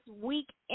weekend